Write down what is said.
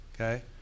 Okay